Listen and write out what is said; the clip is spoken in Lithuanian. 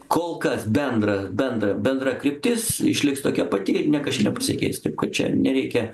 kol kas bendra bendra bendra kryptis išliks tokia pati niekas čia nepasikeis taip kad čia nereikia